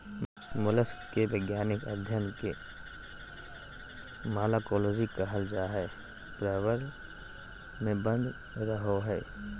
mollusc के वैज्ञानिक अध्यन के मालाकोलोजी कहल जा हई, प्रवर में बंद रहअ हई